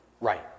right